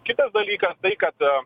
kitas dalykas tai kad